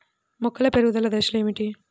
మొక్కల పెరుగుదల దశలు ఏమిటి?